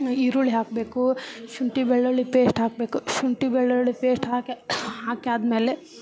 ಈರುಳ್ಳಿ ಹಾಕಬೇಕು ಶುಂಠಿ ಬೆಳ್ಳುಳ್ಳಿ ಪೇಶ್ಟ್ ಹಾಕ್ಬೇಕು ಶುಂಠಿ ಬೆಳ್ಳುಳ್ಳಿ ಪೇಶ್ಟ್ ಹಾಕಿ ಹಾಕಾದ್ಮೇಲೆ